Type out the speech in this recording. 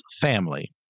family